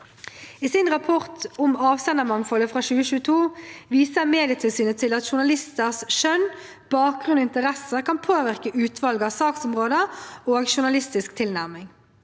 I sin rapport om avsendermangfold fra 2022 viser Medietilsynet til at journalisters kjønn, bakgrunn og interesser kan påvirke utvalg av saksområder og journalistisk tilnærming.